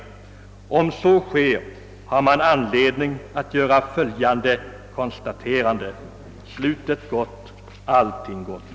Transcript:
Om så sker har man anledning att göra följande konstaterande: Slutet gott, allting gott.